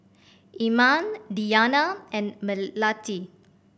Iman Diyana and Melati